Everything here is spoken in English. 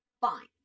Fine